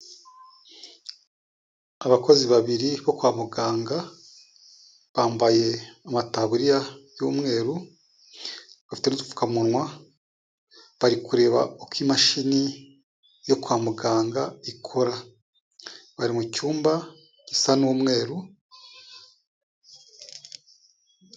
Abakozi babiri bo kwa muganga bambaye amataburiya y'umweru, bafite n'udupfukamunwa, bari kureba uko imashini yo kwa muganga ikora, bari mu cyumba gisa n'umweru